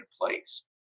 place